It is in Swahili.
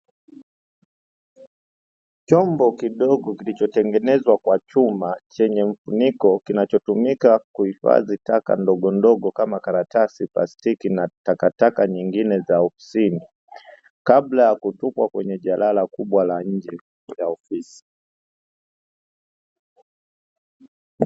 Chombo kidogo kilichotengenezwa kwa chuma chenye mfuniko kinacho tumika kuhifadhi taka ndogondogo kama: karatasi, plastiki na takataka nyingine za ofisini, kabla ya kutupwa kwenye jalala kubwa la nje ya ofisi.